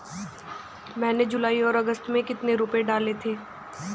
मैंने जुलाई और अगस्त में कितने रुपये डाले थे?